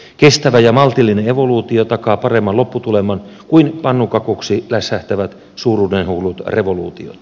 kestävä ja maltillinen evoluutio takaa paremman lopputuleman kuin pannukakuksi lässähtävät suuruudenhullut revoluutiot